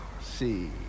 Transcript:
see